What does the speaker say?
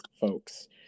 folks